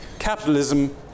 Capitalism